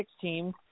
team